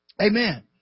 Amen